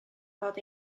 fod